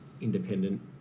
independent